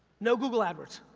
no google adwords,